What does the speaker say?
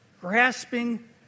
Grasping